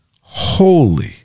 holy